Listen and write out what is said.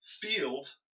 Field